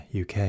UK